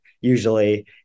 usually